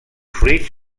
fruits